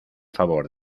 favor